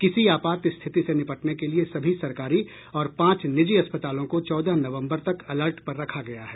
किसी आपात स्थित से निपटने के लिए सभी सरकारी और पांच निजी अस्पतालों को चौदह नवम्बर तक अलर्ट पर रखा गया है